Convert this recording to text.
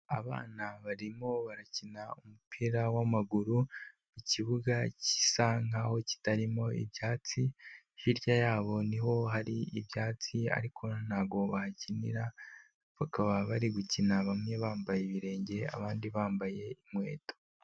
Abana barimo barakina umupira w'amaguru mu kibuga gisa nk'aho kitarimo ibyatsi, hirya yabo niho hari ibyatsi ariko ntabwo bahakinira, bakaba bari gukina bamwe bambaye ibirenge abandi bambaye inkweto.